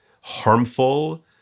harmful